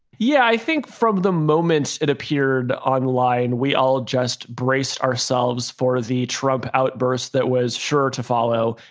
yeah. i think from the moment it appeared online, we all just brace ourselves for the trump outburst that was sure to follow.